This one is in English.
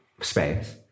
space